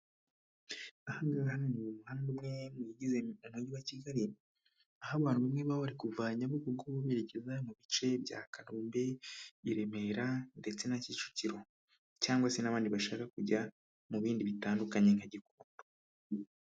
Aha ngaha ni hamwe mu bigize umujyi wa Kigali, aho abantu bamwe bari kuva nyabugogo berekeza mu bice bya kanombe, i Remera ndetse na Kicukiro. Cyangwa se n'abandi bashaka kujya mu bindi bitandukanye nka gikondo.